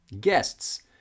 guests